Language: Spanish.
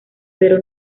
pero